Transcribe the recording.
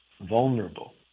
vulnerable